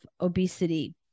obesity